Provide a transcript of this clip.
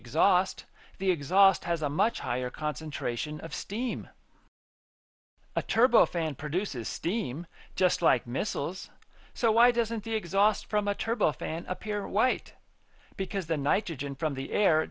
exhaust the exhaust has a much higher concentration of steam a turbo fan produces steam just like missiles so why doesn't the exhaust from a turbofan appear white because the nitrogen from the air